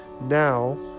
Now